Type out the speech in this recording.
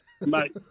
mate